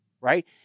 right